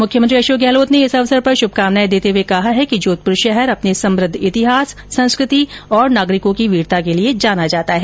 मुख्यमंत्री अशोक गहलोत ने इस अवसर पर श्भकामनाएं देर्ते हुए कहा है कि जोघपुर शहर अपने समृद्व इतिहास संस्कृति और नागरिकों की वीरता के लिए जाना जाता है